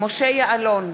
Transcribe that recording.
משה יעלון,